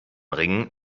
ring